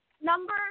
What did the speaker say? number